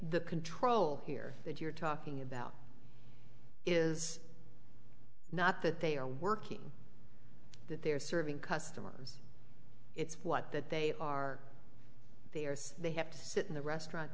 the control here that you're talking about is not that they are working that they're serving customers it's what that they are they are they have to sit in the restaurant